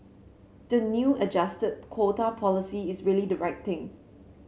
the new adjusted quota policy is really the right thing